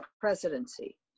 presidency